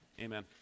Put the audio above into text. Amen